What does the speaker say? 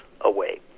away